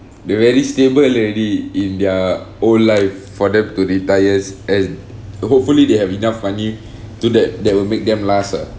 they very stable already in their own life for them to retires and hopefully they have enough money to that that will make them last ah